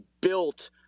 built